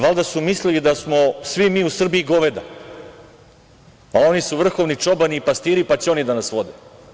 Valjda su mislili da smo svi mi u Srbiji goveda, a oni su vrhovni čobani i pastiri, pa će oni da nas vode.